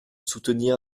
soutenir